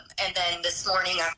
and then this morning,